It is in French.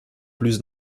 plus